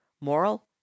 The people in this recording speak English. moral